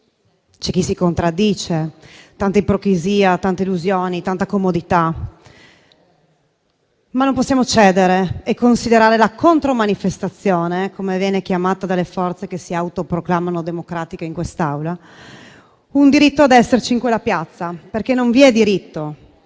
c'è chi si contraddice. Tanta ipocrisia, tante illusioni, tanta comodità. Ma non possiamo cedere e considerare la "contromanifestazione" - come viene chiamata dalle forze che si autoproclamano democratiche in quest'Aula - un diritto ad esserci in quella piazza, perché non vi è diritto